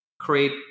create